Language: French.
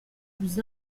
plus